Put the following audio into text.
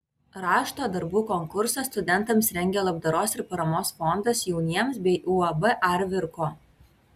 rašto darbų konkursą studentams rengia labdaros ir paramos fondas jauniems bei uab arvi ir ko